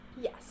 yes